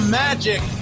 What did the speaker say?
magic